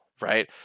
right